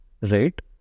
right